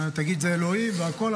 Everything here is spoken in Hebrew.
תגיד זה אלוהים והכול,